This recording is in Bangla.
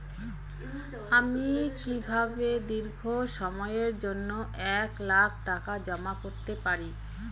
আমি কিভাবে দীর্ঘ সময়ের জন্য এক লাখ টাকা জমা করতে পারি?